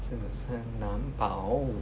真的是难保